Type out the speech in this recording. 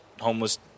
homeless